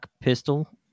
pistol